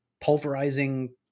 pulverizing